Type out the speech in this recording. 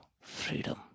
freedom